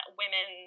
women